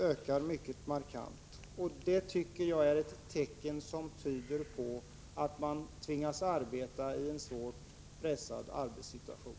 Jag tycker detta tyder på att lärarna tvingas arbeta i en hårt pressad situation.